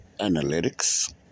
analytics